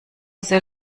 sehr